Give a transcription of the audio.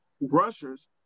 rushers